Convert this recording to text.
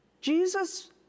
Jesus